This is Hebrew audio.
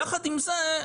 יחד עם זה,